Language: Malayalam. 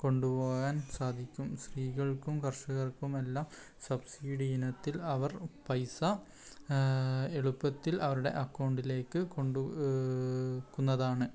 കൊണ്ടുപോകാൻ സാധിക്കും സ്ത്രീകൾക്കും കർഷകർക്കുമെല്ലാം സബ്സിഡിയിനത്തിൽ അവർ പൈസ എളുപ്പത്തിൽ അവരുടെ അക്കൗണ്ടിലേക്ക് കൊണ്ടുവെക്കാവുന്നതാണ്